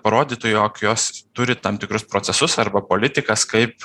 parodytų jog jos turi tam tikrus procesus arba politikas kaip